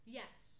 yes